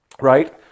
right